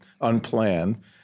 unplanned